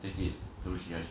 take it too serious eat to here